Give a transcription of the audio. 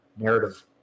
narrative